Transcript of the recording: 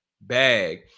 bag